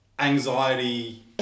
anxiety